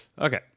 Okay